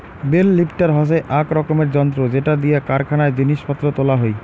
bell lifter হসে আক রকমের যন্ত্র যেটা দিয়া কারখানায় জিনিস পত্র তোলা হই